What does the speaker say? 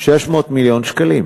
600 מיליון שקל.